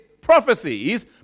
prophecies